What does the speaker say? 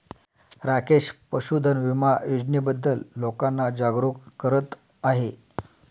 राकेश पशुधन विमा योजनेबद्दल लोकांना जागरूक करत आहे